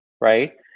right